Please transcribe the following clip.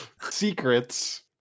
secrets